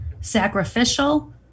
sacrificial